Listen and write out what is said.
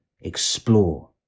explore